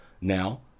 Now